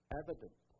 evident